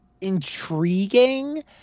intriguing